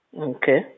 Okay